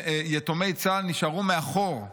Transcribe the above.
ויתומי צה"ל נשארו מאחור.